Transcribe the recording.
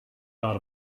dot